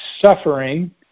suffering